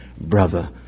brother